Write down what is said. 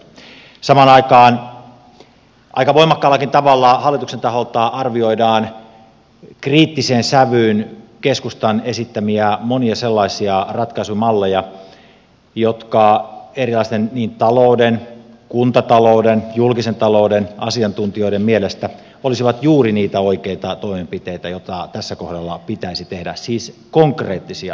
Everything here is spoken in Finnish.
samaan aikaan aika voimakkaallakin tavalla hallituksen taholta arvioidaan kriittiseen sävyyn keskustan esittämiä monia sellaisia ratkaisumalleja jotka erilaisten talouden kuntatalouden julkisen talouden asiantuntijoiden mielestä olisivat juuri niitä oikeita toimenpiteitä joita tässä kohdalla pitäisi tehdä siis konkreettisia toimenpiteitä